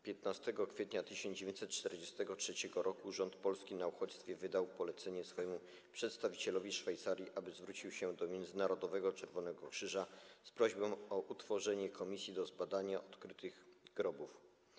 15 kwietnia 1943 r. rząd polski na uchodźstwie wydał polecenie swojemu przedstawicielowi w Szwajcarii, aby zwrócił się do Międzynarodowego Czerwonego Krzyża z prośbą o utworzenie komisji do zbadania odkrytych grobów.